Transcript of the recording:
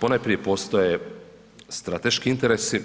Ponajprije postoje strateški interesi,